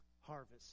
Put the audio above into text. Harvest